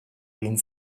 egin